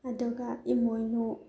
ꯑꯗꯨꯒ ꯏꯃꯣꯏꯅꯨ